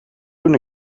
toen